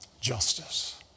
justice